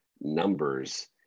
numbers